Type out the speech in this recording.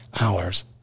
hours